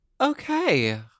Okay